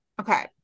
Okay